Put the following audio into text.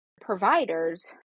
providers